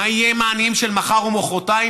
מה יהיה עם העניים של מחר או מוחרתיים,